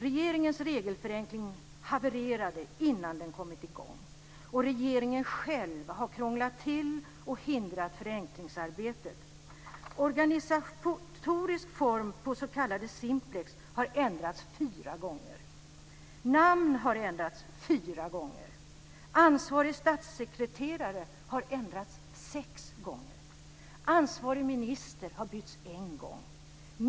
Regeringens regelförenkling havererade innan den kommit i gång, och regeringen själv har krånglat till och hindrat förenklingsarbetet. Organisatorisk form för s.k. Simplex har ändrats fyra gånger. Namnet har ändrats fyra gånger. Ansvarig statssekreterare har ändrats sex gånger. Ansvarig minister har bytts en gång.